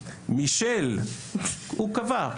מישל, הוא קבע,